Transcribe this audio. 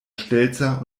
stelzer